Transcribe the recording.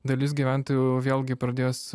dalis gyventojų vėlgi pradės